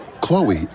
Chloe